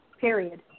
Period